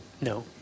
No